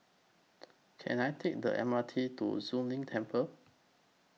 Can I Take The M R T to Zu Lin Temple